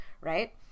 right